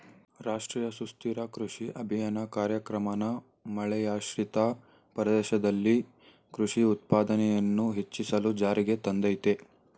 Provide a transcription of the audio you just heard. ರಾಷ್ಟ್ರೀಯ ಸುಸ್ಥಿರ ಕೃಷಿ ಅಭಿಯಾನ ಕಾರ್ಯಕ್ರಮನ ಮಳೆಯಾಶ್ರಿತ ಪ್ರದೇಶದಲ್ಲಿ ಕೃಷಿ ಉತ್ಪಾದನೆಯನ್ನು ಹೆಚ್ಚಿಸಲು ಜಾರಿಗೆ ತಂದಯ್ತೆ